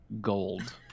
gold